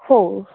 हो